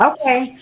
Okay